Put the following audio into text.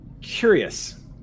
Curious